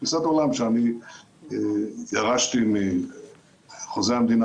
זו היא תפיסת עולם שירשתי מחוזה המדינה,